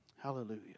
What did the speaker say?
Hallelujah